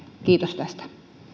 kiitos tästä